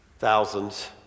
thousands